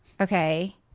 okay